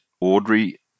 Audrey